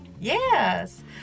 yes